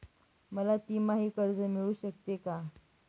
मला तिमाही कर्ज मिळू शकते का?